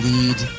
Lead